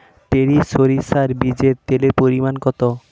টরি সরিষার বীজে তেলের পরিমাণ কত?